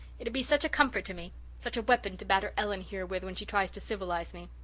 it'd be such a comfort to me such a weapon to batter ellen here with when she tries to civilize me.